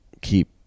keep